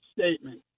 statement